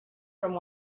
from